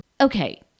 okay